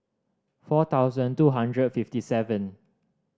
four thousand two hundred fifty seven